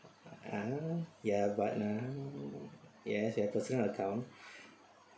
ah ya but ah yes yes personal account